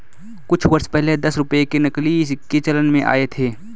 कुछ वर्ष पहले दस रुपये के नकली सिक्के चलन में आये थे